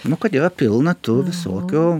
nu kad yra pilna tų visokių